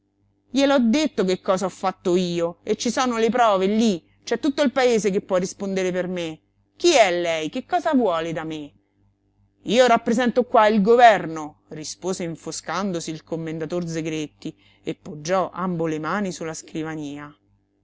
gliel'ho detto che cosa ho fatto io e ci sono le prove lí c'è tutto il paese che può rispondere per me chi è lei che cosa vuole da me io rappresento qua il governo rispose infoscandosi il commendator zegretti e poggiò ambo le mani su la scrivania